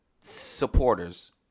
supporters